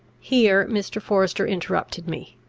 here mr. forester interrupted me,